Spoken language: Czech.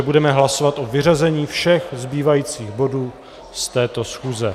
Budeme hlasovat o vyřazení všech zbývajících bodů z této schůze.